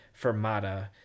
fermata